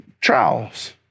Trials